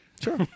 Sure